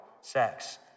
sex